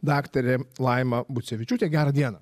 daktarė laima bucevičiūtė gera diena